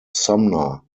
sumner